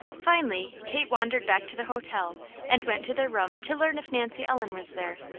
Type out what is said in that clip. finally kate wandered back to the hotel and went to their room to learn if nancy ellen was there.